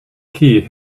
key